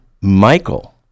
Michael